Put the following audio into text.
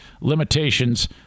limitations